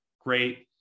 great